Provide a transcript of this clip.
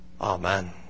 Amen